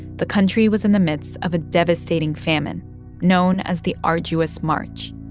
the country was in the midst of a devastating famine known as the arduous march.